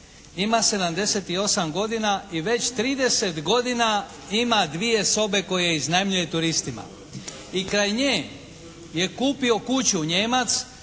ima 78 godina i već 30 godina ima dvije sobe koje iznajmljuje turistima. I kraj nje je kupio kuću Nijemac